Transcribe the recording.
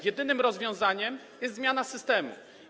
Jedynym rozwiązaniem jest zmiana systemu.